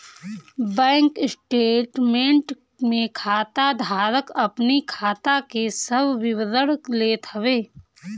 bank statement में खाता धारक अपनी खाता के सब विवरण लेत हवे